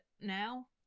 now